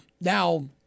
Now